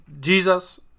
Jesus